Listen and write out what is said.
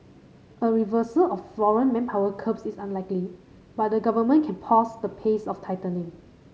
a reversal of foreign manpower curbs is unlikely but the government can pause the pace of tightening